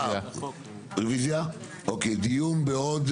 דיון בעוד-